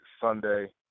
Sunday